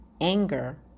anger